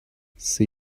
see